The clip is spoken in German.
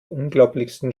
unglaublichsten